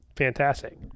fantastic